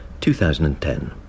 2010